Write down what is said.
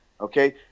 okay